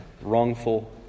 Wrongful